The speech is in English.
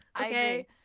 Okay